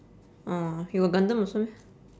orh you got gundam also meh